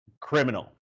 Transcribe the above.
criminal